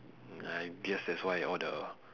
I guess that's why all the